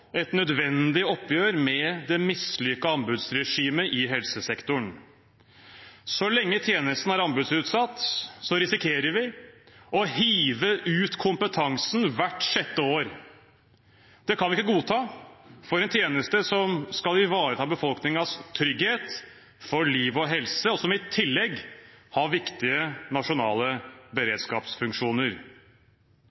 et nødvendig oppgjør med det mislykkede anbudsregimet i helsesektoren. Så lenge tjenesten er anbudsutsatt, risikerer vi å hive ut kompetansen hvert sjette år. Det kan vi ikke godta for en tjeneste som skal ivareta befolkningens trygghet for liv og helse, og som i tillegg har viktige nasjonale